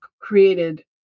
created